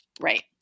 Right